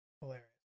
Hilarious